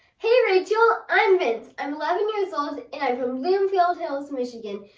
hey rachel, i'm vince. i'm eleven years old, and i'm from bloomfield hills, michigan,